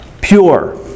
Pure